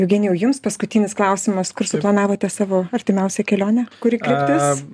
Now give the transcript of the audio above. eugenijau jums paskutinis klausimas kur suplanavote savo artimiausią kelionę kuri kryptis